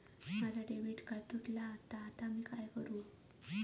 माझा debit card तुटला हा आता मी काय करू?